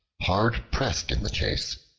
hard pressed in the chase,